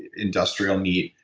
industrial meat.